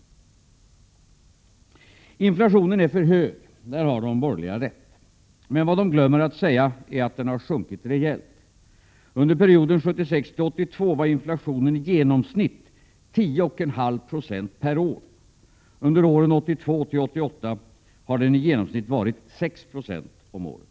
Oo Inflationen är för hög— där har de borgerliga rätt. Men vad de glömmer att säga är att den har sjunkit rejält. Under perioden 1976-1982 var inflationen i genomsnitt 10,5 76 per år. Under åren 1982-1988 har den i genomsnitt varit 6 96 om året.